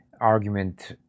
argument